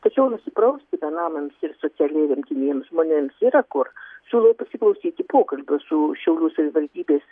tačiau nusiprausti benamiams ir socialiai remtiniems žmonėms yra kur siūlau pasiklausyti pokalbių su šiaulių savivaldybės